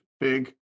Big